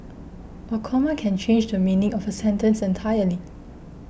a comma can change the meaning of a sentence entirely